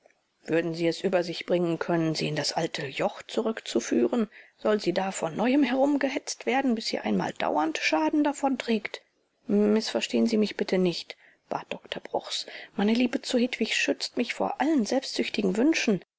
würden sie es über sich bringen können sie in das alte joch zurückzuführen soll sie da von neuem herumgehetzt werden bis sie einmal dauernd schaden davonträgt mißverstehen sie mich nicht bat dr bruchs meine liebe zu hedwig schützt mich vor allen selbstsüchtigen wünschen